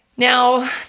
Now